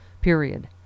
period